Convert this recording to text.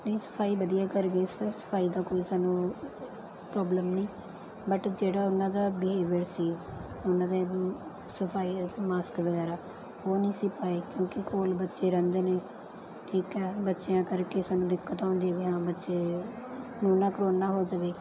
ਨਹੀਂ ਸਫਾਈ ਵਧੀਆ ਕਰ ਗਏ ਸਰ ਸਫਾਈ ਦਾ ਕੋਈ ਸਾਨੂੰ ਪ੍ਰੋਬਲਮ ਨਹੀਂ ਬਟ ਜਿਹੜਾ ਉਹਨਾਂ ਦਾ ਬਿਹੇਵੀਅਰ ਸੀ ਉਹਨਾਂ ਦੇ ਸਫਾਈ ਮਾਸਕ ਵਗੈਰਾ ਉਹ ਨਹੀਂ ਸੀ ਪਾਏ ਕਿਉਂਕਿ ਕੋਲ ਬੱਚੇ ਰਹਿੰਦੇ ਨੇ ਠੀਕ ਹੈ ਬੱਚਿਆਂ ਕਰਕੇ ਸਾਨੂੰ ਦਿੱਕਤ ਆਉਂਦੀ ਵੀ ਹਾਂ ਬੱਚੇ ਕਰੋਨਾ ਕਰੁਨਾ ਹੋ ਜਾਵੇ